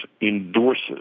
endorses